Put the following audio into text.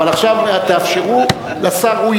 אבל עכשיו תאפשרו לשר,